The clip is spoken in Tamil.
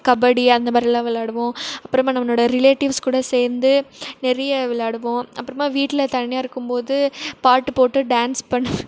கபடி அந்தமாரிலாம் விளாடுவோம் அப்புறமா நம்மளோடய ரிலேட்டிவ்ஸ் கூட சேர்ந்து நிறைய விளாடுவோம் அப்புறமா வீட்டில் தனியாக இருக்கும்போது பாட்டு போட்டு டான்ஸ் பண்ணுவோம்